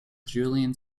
julian